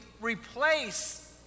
replace